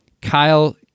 Kyle